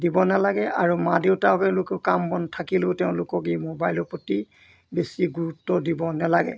দিব নেলাগে আৰু মা দেউতাকে লোকেও কাম বন থাকিলেও তেওঁলোকক এই মোবাইলৰ প্ৰতি বেছি গুৰুত্ব দিব নালাগে